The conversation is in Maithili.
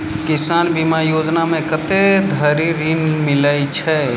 किसान बीमा योजना मे कत्ते धरि ऋण मिलय छै?